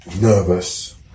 Nervous